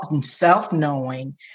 self-knowing